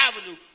Avenue